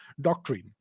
doctrine